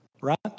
right